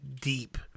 deep